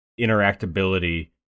interactability